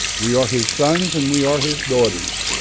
we are his sons and we are his daughters.